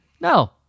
No